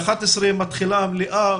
בשעה 11:00 מתחילה המליאה,